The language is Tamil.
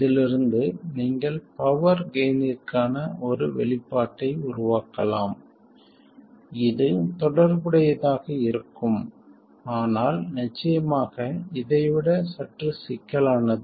இதிலிருந்து நீங்கள் பவர் கெய்ன்னிற்கான ஒரு வெளிப்பாட்டை உருவாக்கலாம் இது தொடர்புடையதாக இருக்கும் ஆனால் நிச்சயமாக இதை விட சற்று சிக்கலானது